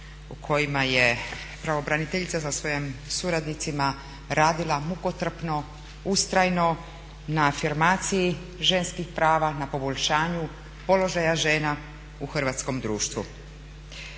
u kojima je pravobraniteljica sa svojim suradnicima radila mukotrpno, ustrajno, na afirmaciji ženskih prava, na poboljšanju položaja žena u hrvatskom društvu.